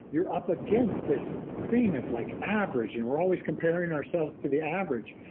you're up against this thing of like average. and we're always comparing ourselves to the average.